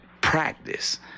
practice